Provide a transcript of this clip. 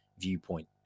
viewpoint